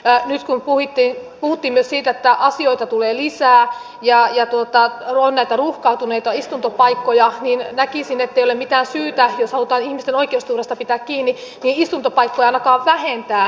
nyt kun puhuttiin myös siitä että asioita tulee lisää ja on näitä ruuhkaantuneita istuntopaikkoja niin näkisin ettei ole mitään syytä jos halutaan ihmisten oikeusturvasta pitää kiinni istuntopaikkoja ainakaan vähentää